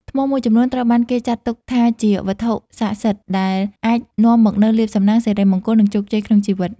ថ្មមួយចំនួនត្រូវបានគេចាត់ទុកថាជាវត្ថុស័ក្តិសិទ្ធិដែលអាចនាំមកនូវលាភសំណាង សិរីមង្គល និងជោគជ័យក្នុងជីវិត។